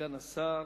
סגן השר,